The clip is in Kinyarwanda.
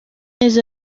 neza